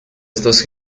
estos